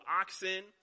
oxen